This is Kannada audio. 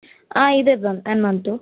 ಹಾಂ ಇದೆ ಹನುಮಂತು